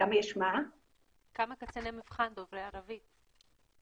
קציני מבחן דוברי ערבית?